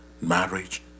marriage